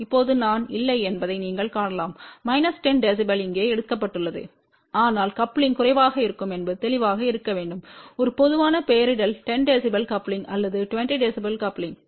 இப்போது நான் இல்லை என்பதை நீங்கள் காணலாம் மைனஸ் 10 dB இங்கே எழுதப்பட்டுள்ளது ஆனால் கப்லிங் குறைவாக இருக்கும் என்பது தெளிவாக இருக்க வேண்டும் ஒரு பொதுவான பெயரிடல் 10 dB கப்லிங் அல்லது 20 dB கப்லிங்